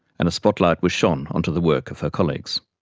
and a spotlight was shone onto the work of her colleagues.